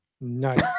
Nice